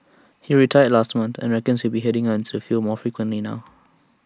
he retired last month and reckons he will be heading out into the field more frequently now